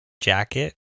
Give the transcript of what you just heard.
Jacket